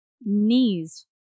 Knees